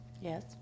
yes